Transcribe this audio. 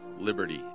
liberty